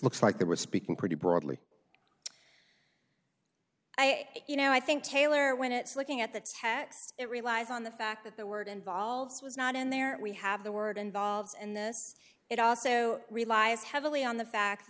looks like they were speaking pretty broadly i you know i think taylor when it's looking at the text it relies on the fact that the word involves was not in there we have the word involved in this it also relies heavily on the fact